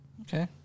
Okay